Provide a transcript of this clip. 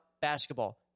basketball